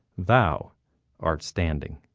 thou art standing.